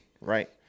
right